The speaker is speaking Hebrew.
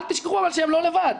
אל תשכחו אבל שהם לא לבד,